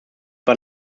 war